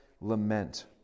lament